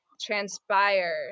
transpire